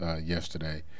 yesterday